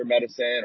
medicine